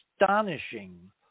astonishing